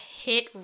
hit